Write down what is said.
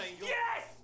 Yes